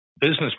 business